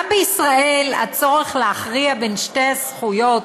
גם בישראל הצורך להכריע בין שתי הזכויות,